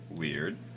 weird